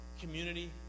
community